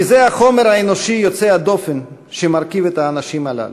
כי זה החומר האנושי יוצא הדופן שמרכיב את האנשים הללו: